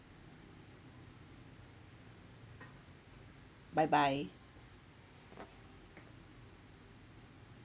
bye bye